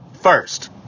First